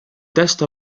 testo